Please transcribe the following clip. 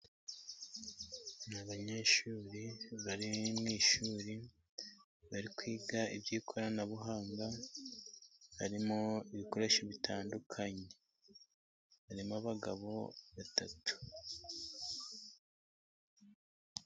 Ni abanyeshuri bari mu ishuri bari kwiga iby'ikoranabuhanga, harimo ibikoresho bitandukanye, harimo abagabo batatu.